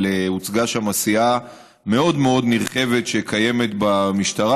אבל הוצגה שם עשייה מאוד מאוד נרחבת שקיימת במשטרה,